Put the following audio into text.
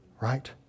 right